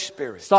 Spirit